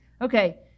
Okay